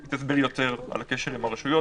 היא תסביר יותר על הקשר עם הרשויות